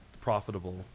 profitable